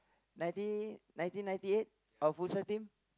nineteen nineteen ninety eight our futsal team